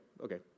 okay